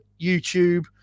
YouTube